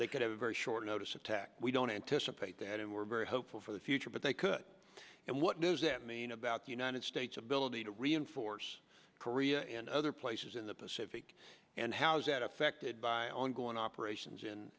they could have a very short notice attack we don't anticipate that and we're very hopeful for the future but they could and what does it mean about the united states ability to reinforce korea and other places in the pacific and how has that affected by ongoing operations in